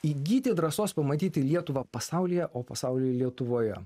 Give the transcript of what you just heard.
įgyti drąsos pamatyti lietuvą pasaulyje o pasaulį lietuvoje